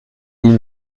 ils